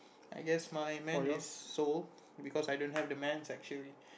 I guess my man is sold because I don't have the man sexually